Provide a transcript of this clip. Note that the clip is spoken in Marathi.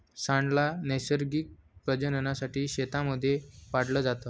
सांड ला नैसर्गिक प्रजननासाठी शेतांमध्ये पाळलं जात